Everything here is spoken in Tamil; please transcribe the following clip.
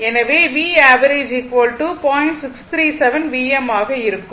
எனவே ஆக இருக்கும்